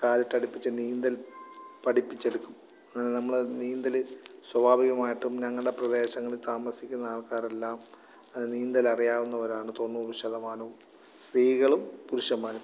കാലിട്ടടിപ്പിച്ച് നീന്തൽ പഠിപ്പിച്ചെടുക്കും നമ്മളെ നീന്തല് സ്വാഭാവികമായിട്ടും ഞങ്ങളുടെ പ്രദേശങ്ങളിൽ താമസിക്കുന്ന ആൾക്കാരെല്ലാം നീന്തലറിയാവുന്നവരാണ് തൊണ്ണൂറ് ശതമാനവും സ്ത്രീകളും പുരുഷന്മാരും